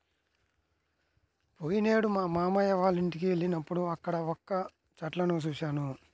పోయినేడు మా మావయ్య వాళ్ళింటికి వెళ్ళినప్పుడు అక్కడ వక్క చెట్లను చూశాను